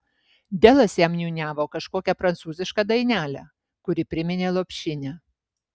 delas jam niūniavo kažkokią prancūzišką dainelę kuri priminė lopšinę